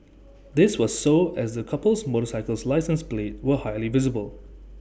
this was so as the couple's motorcycle license plates were highly visible